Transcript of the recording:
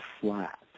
flat